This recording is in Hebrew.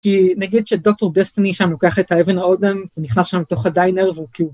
כי נגיד שדוקטור דסטיני שם לוקח את האבן האודם, הוא נכנס שם לתוך הדיינר והוא כאילו